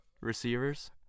receivers